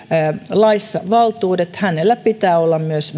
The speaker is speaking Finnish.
laissa valtuudet hänellä pitää olla myös